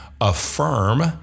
affirm